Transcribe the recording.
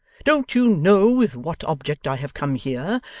don't you know with what object i have come here,